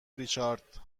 ریچارد